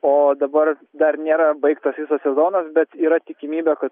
o dabar dar nėra baigtas visas sezonas bet yra tikimybė kad